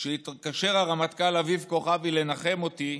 כשהתקשר הרמטכ"ל אביב כוכבי לנחם אותי,